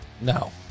No